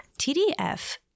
TDF